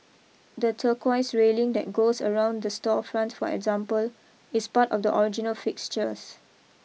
the turquoise railing that goes around the storefront for example is part of the original fixtures